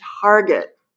target